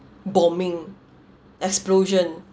bombing explosion